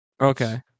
Okay